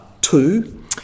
two